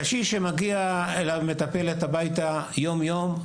קשיש שמגיעה אליו מטפלת הביתה יום-יום,